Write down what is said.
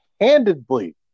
handedly